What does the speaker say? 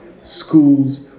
schools